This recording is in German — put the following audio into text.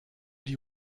die